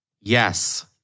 Yes